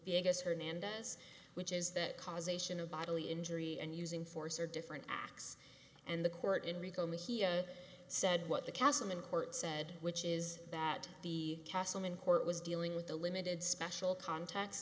vegas hernandez which is that cause ation of bodily injury and using force or different acts and the court in rico me he said what the kassam in court said which is that the castleman court was dealing with the limited special context